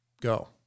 go